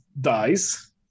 dies